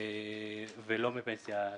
ולא מפנסיה צוברת.